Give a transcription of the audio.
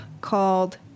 called